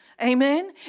Amen